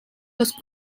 los